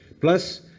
Plus